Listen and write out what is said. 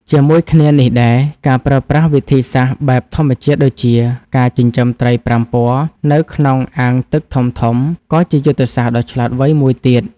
ជាមួយគ្នានេះដែរ ការប្រើប្រាស់វិធីសាស្ត្របែបធម្មជាតិដូចជាការចិញ្ចឹមត្រីប្រាំពណ៌នៅក្នុងអាងទឹកធំៗ ក៏ជាយុទ្ធសាស្ត្រដ៏ឆ្លាតវៃមួយទៀត។